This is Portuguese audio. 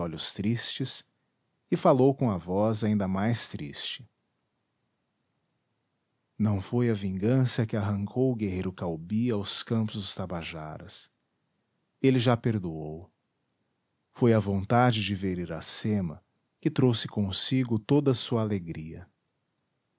olhos tristes e falou com a voz ainda mais triste não foi a vingança que arrancou o guerreiro caubi aos campos dos tabajaras ele já perdoou foi a vontade de ver iracema que trouxe consigo toda sua alegria